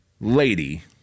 lady